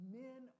men